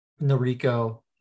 Noriko